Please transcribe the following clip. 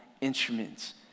instruments